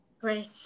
Great